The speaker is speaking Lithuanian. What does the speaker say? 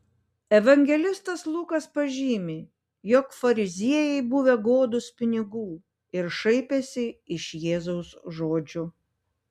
evangelistas lukas pažymi jog fariziejai buvę godūs pinigų ir šaipęsi iš jėzaus žodžių